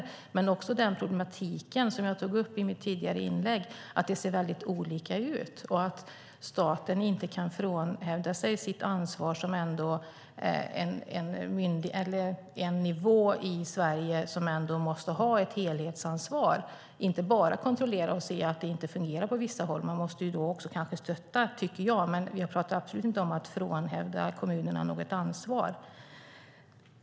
Det gäller också den problematik som jag tog upp i mitt tidigare inlägg om att det ser väldigt olika ut och att staten inte kan frånhända sig sitt ansvar som en nivå i Sverige som måste ha ett helhetsansvar och inte bara ska kontrollera och se om det inte fungerar på vissa håll. Man måste kanske också stötta, tycker jag. Jag pratar absolut inte om att frånta kommunerna något ansvar.